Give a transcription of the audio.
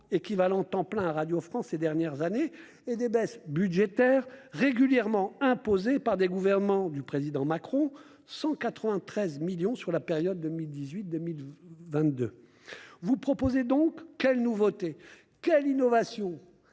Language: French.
équivalents temps plein (ETP) à Radio France ces dernières années et des baisses budgétaires régulièrement imposées par les gouvernements du président Macron, soit 193 millions d'euros pour la période 2018-2022. Vous proposez donc- quelle nouveauté, quelle innovation,